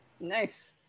Nice